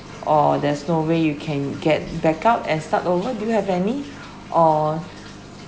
or there's no way you can get back out and start over do you have any or